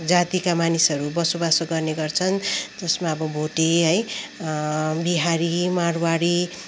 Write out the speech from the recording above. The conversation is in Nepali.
जातिका मानिसहरू बसोबासो गर्ने गर्छन् जसमा अब भोटे है बिहारी मारवाडी